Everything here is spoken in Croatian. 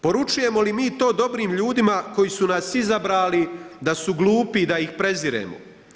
Poručujemo li mi to dobrim ljudima koji su nas izabrali da su glupi i da ih preziremo?